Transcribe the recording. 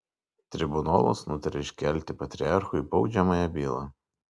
tribunolas nutaria iškelti patriarchui baudžiamąją bylą